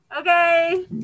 okay